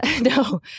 No